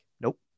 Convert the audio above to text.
nope